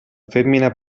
femmina